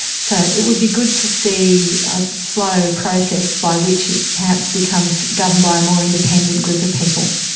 so it would be good to see a slow process by which it perhaps becomes governed by a more independent group of people.